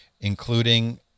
including